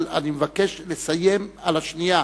אבל אני מבקש לסיים על השנייה,